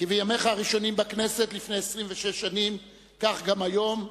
כבימיך הראשונים בכנסת, לפני 26 שנים, כך גם היום: